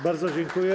Bardzo dziękuję.